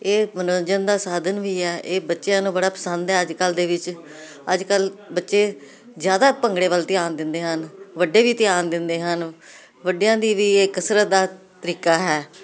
ਇਹ ਮਨੋਰੰਜਨ ਦਾ ਸਾਧਨ ਵੀ ਹੈ ਇਹ ਬੱਚਿਆਂ ਨੂੰ ਬੜਾ ਪਸੰਦ ਹ ਅੱਜ ਕੱਲ ਦੇ ਵਿੱਚ ਅੱਜ ਕੱਲ ਬੱਚੇ ਜਿਆਦਾ ਭੰਗੜੇ ਵੱਲ ਧਿਆਨ ਦਿੰਦੇ ਹਨ ਵੱਡੇ ਵੀ ਧਿਆਨ ਦਿੰਦੇ ਹਨ ਵੱਡਿਆਂ ਦੀ ਵੀ ਇਹ ਕਸਰਤ ਦਾ ਤਰੀਕਾ ਹੈ